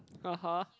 (uh huh)